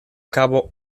cabo